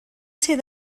ser